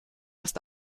ist